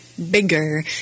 bigger